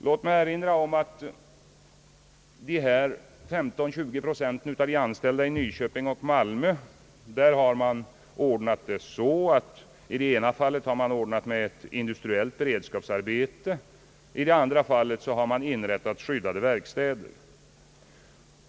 Låt mig erinra om att man för de 15—20 procent av de anställda i Nyköping och Malmö i ena fallet har ordnat med industriellt beredskapsarbete och i det andra fallet inrättat skyddade verkstäder.